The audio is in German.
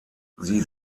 sie